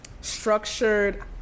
structured